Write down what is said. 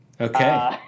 Okay